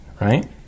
Right